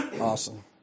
Awesome